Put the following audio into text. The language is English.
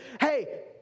Hey